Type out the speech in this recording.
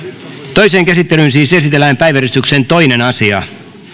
toiseen käsittelyyn esitellään päiväjärjestyksen toinen asia